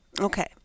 Okay